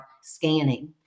scanning